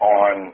on